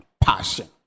passion